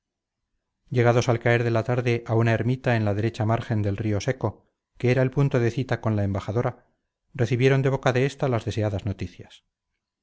llegados al caer de la tarde a una ermita en la derecha margen del río seco que era el punto de cita con la embajadora recibieron de boca de esta las deseadas noticias